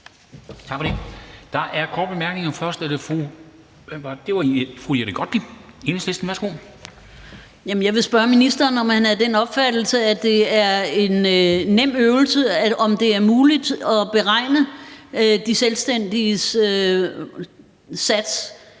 er af den opfattelse, at det er en nem øvelse, og om det er muligt at beregne de selvstændiges satser,